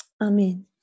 Amen